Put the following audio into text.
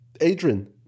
Adrian